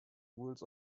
rules